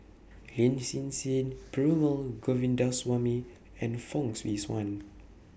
Lin Hsin Hsin Perumal Govindaswamy and Fong Swee Suan